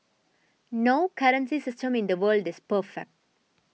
no currency system in the world is perfect